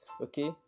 okay